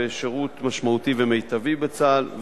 ושירות משמעותי ומיטבי בצה"ל,